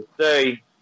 say